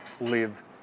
live